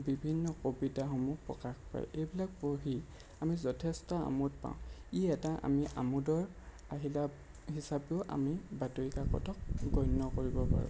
বিভিন্ন কবিতাসমূহ প্ৰকাশ পায় এইবিলাক পঢ়ি আমি যথেষ্ট আমোদ পাওঁ ই এটা আমি আমোদৰ আহিলা হিচাপেও আমি বাতৰি কাকতক গণ্য় কৰিব পাৰোঁ